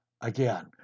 again